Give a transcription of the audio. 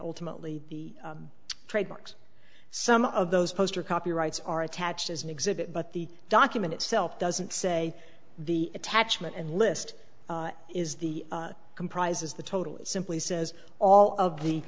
ultimately the trademarks some of those poster copyrights are attached as an exhibit but the document itself doesn't say the attachment and list is the comprises the total it simply says all of the